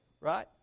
right